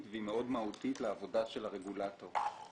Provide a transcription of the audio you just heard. והיא מאוד מהותית לעבודה של הרגולטור.